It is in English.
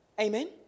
Amen